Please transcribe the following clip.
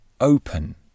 open